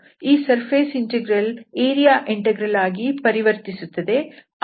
ಈ surface integral area integral ಆಗಿ ಪರಿವರ್ತಿಸುತ್ತದೆ